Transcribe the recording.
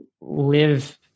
live